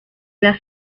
las